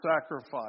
sacrifice